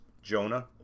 Jonah